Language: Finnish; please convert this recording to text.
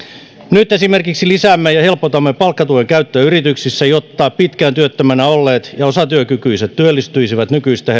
nyt esimerkiksi lisäämme ja helpotamme palkkatuen käyttöä yrityksissä jotta pitkään työttömänä olleet ja osatyökykyiset työllistyisivät nykyistä